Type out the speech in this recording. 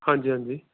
ਹਾਂਜੀ ਹਾਂਜੀ